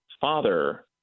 father